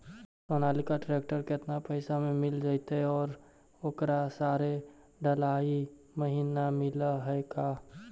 Sonalika tractor केतना पैसा में मिल जइतै और ओकरा सारे डलाहि महिना मिलअ है का?